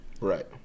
Right